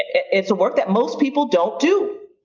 it's a work that most people don't do.